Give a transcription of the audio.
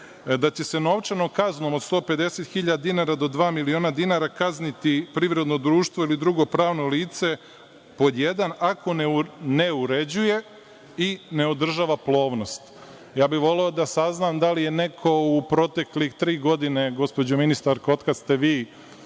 da će se novčanom kaznom od 150.000 dinara do dva miliona dinara kazniti privredno društvo ili drugo pravno lice, pod jedan, ako ne uređuje i ne održava plovnost. Ja bih voleo da saznam da li je neko u protekle tri godine, gospođo ministarko, od kad ste vi